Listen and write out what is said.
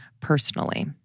personally